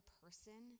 person